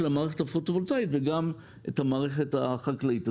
המערכת הפוטו-וולטאית וגם את המערכת החקלאית,